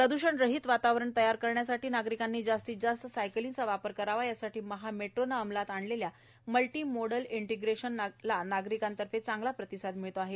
प्रद्वषण रहित वातावरण तयार करण्यासाठी नागरिकांनी जास्तीत जास्त साइकिलचा वापर करावा यासाठी महा मेट्रोने अमलात आणलेल्या मल्टि मोडल इंटिग्रेशनची नागरिकांतर्फे चांगला प्रतिसाद मिळत आहे